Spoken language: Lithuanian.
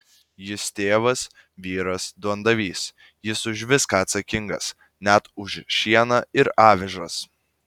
jis tėvas vyras duondavys jis už viską atsakingas net už šieną ir avižas